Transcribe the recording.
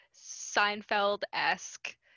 Seinfeld-esque